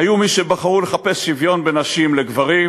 היו מי שבחרו לחפש שוויון בין נשים לגברים,